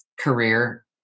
career